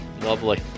lovely